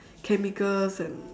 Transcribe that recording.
chemicals and